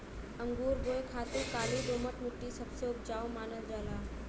अंगूर बोए खातिर काली दोमट मट्टी सबसे उपजाऊ मानल जाला